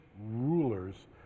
rulers